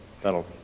that'll